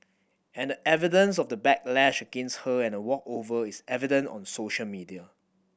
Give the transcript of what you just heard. and the evidence of the backlash against her and walkover is evident on social media